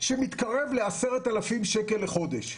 שמתקרב ל-10,000 שקלים לחודש,